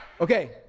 Okay